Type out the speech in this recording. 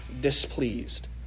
displeased